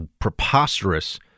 preposterous